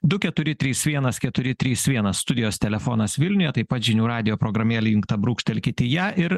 du keturi trys vienas keturi trys vienas studijos telefonas vilniuje taip pat žinių radijo programėlė įjungta brūkštelkit į ją ir